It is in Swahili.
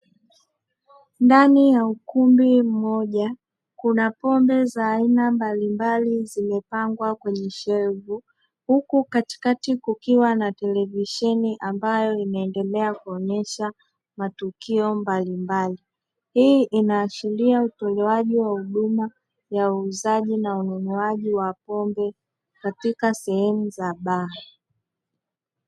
Ndani ya ukumbi mmoja kuna pombe za aina mbalimbali zimepangwa kwenye shelfu. Huku katikati kukiwa na televisheni ambayo inaendelea kuonyesha matukio mbalimbali. Hii inaashiria utolewaji wa huduma ya uuzaji wa pombe katika sehemu za baa.